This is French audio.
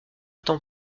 temps